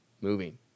moving